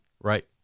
right